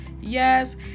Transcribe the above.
yes